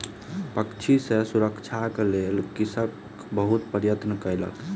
पक्षी सॅ सुरक्षाक लेल कृषक बहुत प्रयत्न कयलक